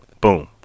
boom